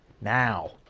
Now